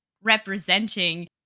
representing